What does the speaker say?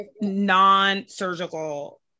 non-surgical